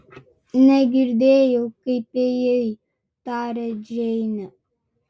negirdėjau kaip įėjai tarė džeinė